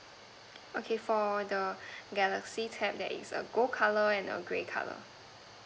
okay for the galaxy tab there is a gold colour and a grey colour